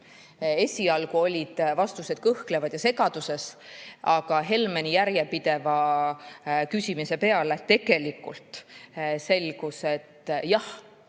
Esialgu olid vastused kõhklevad ja segaduses, aga Helmeni järjepideva küsimise peale selgus, et jah,